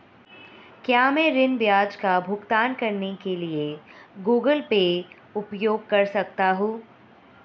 क्या मैं ऋण ब्याज का भुगतान करने के लिए गूगल पे उपयोग कर सकता हूं?